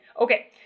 Okay